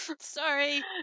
Sorry